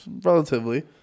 relatively